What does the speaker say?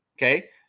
Okay